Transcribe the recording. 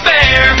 Fair